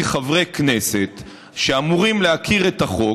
כחברי כנסת שאמורים להכיר את החוק,